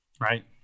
Right